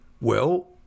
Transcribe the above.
Well